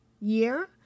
year